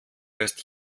erst